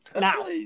Now